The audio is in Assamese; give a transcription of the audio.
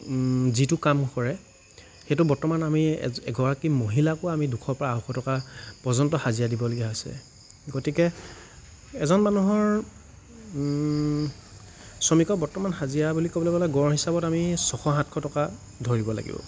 যিটো কাম কৰে সেইটো বৰ্তমান আমি এজ এগৰাকী মহিলাকো আমি দুশ বা আঢ়ৈশ টকা পৰ্য্যন্ত হাজিৰা দিবলগীয়া হৈছে গতিকে এজন মানুহৰ শ্ৰমিকৰ বৰ্তমান হাজিৰা বুলি ক'বলৈ গ'লে গড় হিচাপত আমি ছশ সাতশ টকা ধৰিব লাগিব